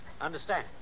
Understand